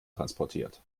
transportiert